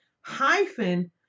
hyphen